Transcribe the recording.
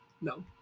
no